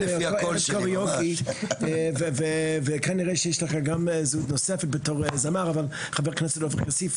חבר הכנסת עופר כסיף,